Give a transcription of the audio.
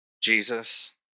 Jesus